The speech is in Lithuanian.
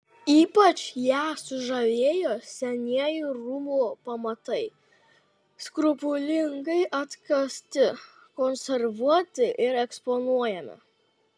ypač ją sužavėjo senieji rūmų pamatai skrupulingai atkasti konservuoti ir eksponuojami